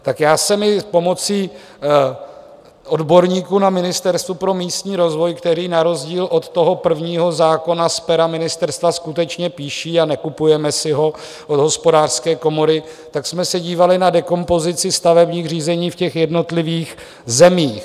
Tak já jsem i pomocí odborníků na Ministerstvu pro místní rozvoj, který na rozdíl od toho prvního zákona z pera ministerstva skutečně píší a nekupujeme si ho od Hospodářské komory, tak jsme se dívali na dekompozici stavebních řízení v jednotlivých zemích.